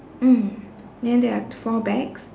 mm then there are four bags